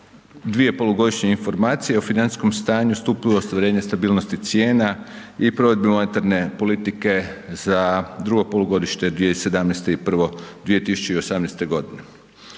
su Polugodišnja informacija o financijskom stanju, stupnju ostvarenja stabilnosti cijena i provedbi monetarne politike za drugo polugodište 2017. i Polugodišnja